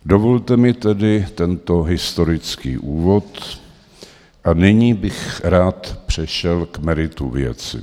Dovolte mi tedy tento historický úvod a nyní bych rád přešel k meritu věci.